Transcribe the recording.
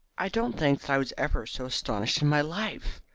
i don't think that i was ever so astonished in my life,